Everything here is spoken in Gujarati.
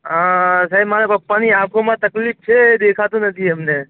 અં સાહેબ મારા પપ્પાની આંખોમાં તકલીફ છે દેખાતું નથી એમને